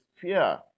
fear